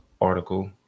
article